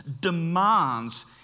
demands